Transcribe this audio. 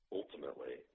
ultimately